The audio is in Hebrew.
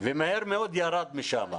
ומהר מאוד ירד משם.